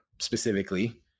specifically